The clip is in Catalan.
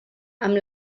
amb